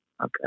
okay